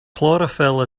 chlorophyll